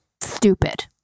stupid